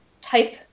Type